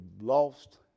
lost